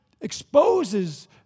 exposes